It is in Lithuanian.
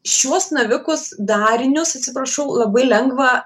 šiuos navikus darinius atsiprašau labai lengva